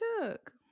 took